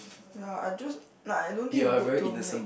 ya I just like I don't think it's good to make